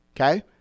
Okay